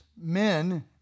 men